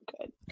good